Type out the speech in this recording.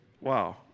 wow